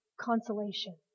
consolation